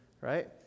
Right